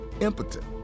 impotent